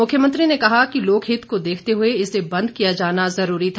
मुख्यमंत्री ने कहा कि लोकहित को देखते हुए इसे बंद किया जाना जरूरी था